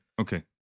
okay